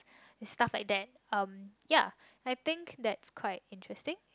stuff like that um ya I think that's quite interesting